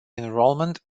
enrollment